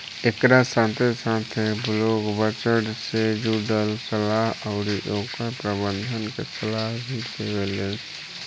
एकरा साथे साथे इ लोग बजट से जुड़ल सलाह अउरी ओकर प्रबंधन के सलाह भी देवेलेन